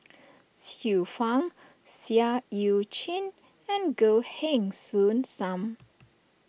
Xiu Fang Seah Eu Chin and Goh Heng Soon Sam